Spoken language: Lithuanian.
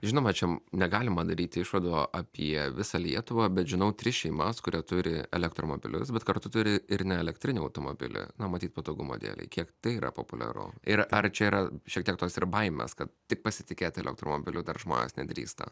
žinoma čia negalima daryti išvadų apie visą lietuvą bet žinau tris šeimas kurie turi elektromobilius bet kartu turi ir neelektrinį automobilį na matyt patogumo dėlei kiek tai yra populiaru ir ar čia yra šiek tiek tos ir baimes kad tik pasitikėt elektromobilio dar žmonės nedrįsta